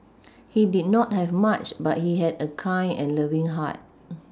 he did not have much but he had a kind and loving heart